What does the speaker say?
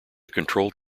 controlled